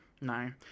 No